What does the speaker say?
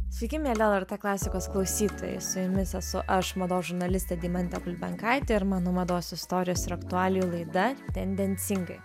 sveiki mieli lrt klasikos klausytojai su jumis esu aš mados žurnalistė deimantė bulbenkaitė ir mano mados istorijos ir aktualijų laida tendencingai